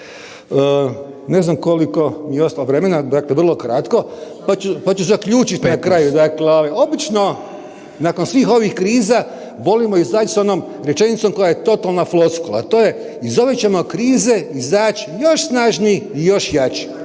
Ne znam koliko mi je ostalo vremena, dakle vrlo kratko, pa ću zaključiti .../Upadica: 15./... dakle obično nakon svih ovih kriza volimo izaći s onom rečenicom koja je totalna floskula, a to je, iz ove ćemo krize izaći još snažniji i još jači.